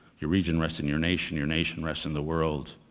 your region rests in your nation. your nation rests in the world.